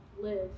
live